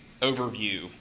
overview